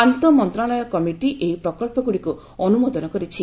ଆନ୍ତଃ ମନ୍ତ୍ରଣାଳୟ କମିଟି ଏହି ପ୍ରକଳ୍ପଗୁଡ଼ିକୁ ଅନ୍ତମୋଦନ କରିଛି